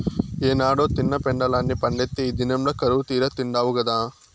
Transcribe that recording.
ఏనాడో తిన్న పెండలాన్ని పండిత్తే ఈ దినంల కరువుతీరా తిండావు గదా